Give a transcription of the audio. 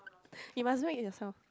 you must wait in the shelf